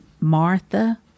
Martha